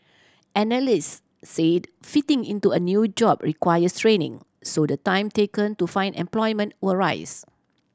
analyst said fitting into a new job requires training so the time taken to find employment will rise